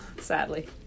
Sadly